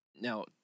now